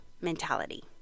mentality